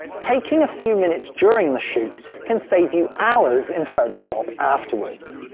taking a few minutes during the shoot can save you hours in photoshop afterwards.